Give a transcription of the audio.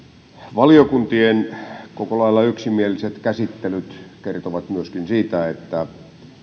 valiokuntien koko lailla yksimieliset käsittelyt kertovat myöskin siitä että